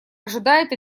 ожидает